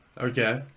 Okay